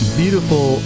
beautiful